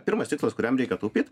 pirmas tikslas kuriam reikia taupyt